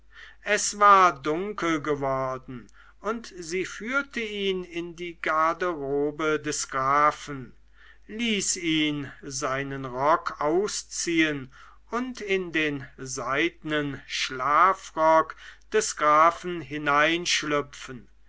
es war dunkel geworden und sie führte ihn in die garderobe des grafen ließ ihn seinen rock ausziehen und in den seidnen schlafrock des grafen hineinschlüpfen